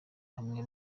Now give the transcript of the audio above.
hamwe